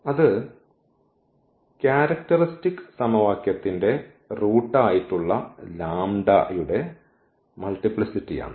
അത് ക്യാരക്ടറിസ്റ്റിക് സമവാക്യത്തിന്റെ റൂട്ട് ആയിട്ടുള്ള ലാമ്പ്ഡ യുടെ മൾട്ടിപ്ലിസിറ്റി ആണ്